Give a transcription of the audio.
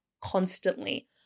constantly